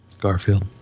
Garfield